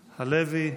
הלוי,